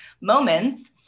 moments